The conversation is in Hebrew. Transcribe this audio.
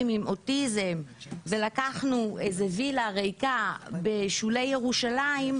עם אוטיזם ולקחנו איזה וילה ריקה בשולי ירושלים,